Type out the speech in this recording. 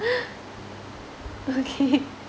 okay